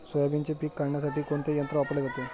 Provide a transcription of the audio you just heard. सोयाबीनचे पीक काढण्यासाठी कोणते यंत्र वापरले जाते?